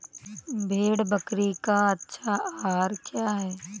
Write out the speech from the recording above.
भेड़ बकरी का अच्छा आहार क्या है?